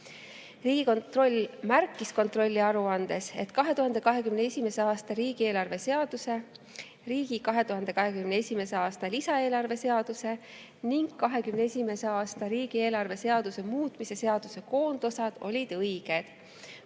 Riigikontroll märkis kontrolliaruandes, et 2021. aasta riigieelarve seaduse, riigi 2021. aasta lisaeelarve seaduse ning 2021. aasta riigieelarve seaduse muutmise seaduse koondosad olid õiged.